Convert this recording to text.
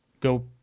go